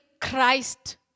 Christ